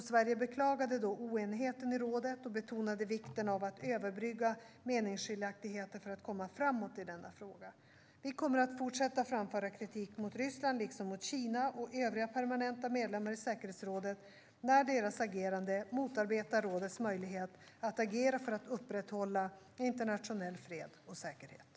Sverige beklagade då oenigheten i rådet och betonande vikten av att överbrygga meningsskiljaktigheter för att komma framåt i denna fråga. Vi kommer att fortsätta framföra kritik mot Ryssland, liksom mot Kina och övriga permanenta medlemmar i säkerhetsrådet, när deras agerande motarbetar rådets möjlighet att agera för att upprätthålla internationell fred och säkerhet.